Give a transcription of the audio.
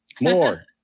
more